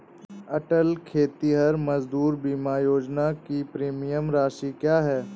अटल खेतिहर मजदूर बीमा योजना की प्रीमियम राशि क्या है?